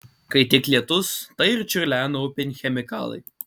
kai tik lietus tai ir čiurlena upėn chemikalai